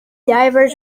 divers